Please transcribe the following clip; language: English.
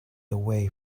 away